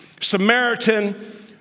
Samaritan